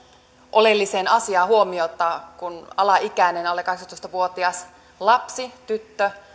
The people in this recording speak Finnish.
oleelliseen asiaan huomiota kun alaikäinen alle kahdeksantoista vuotias lapsi tyttö